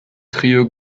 trio